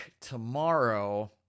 tomorrow